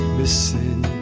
missing